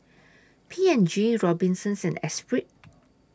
P and G Robinsons and Esprit